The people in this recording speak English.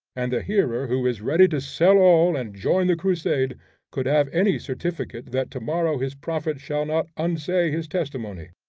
and the hearer who is ready to sell all and join the crusade could have any certificate that tomorrow his prophet shall not unsay his testimony!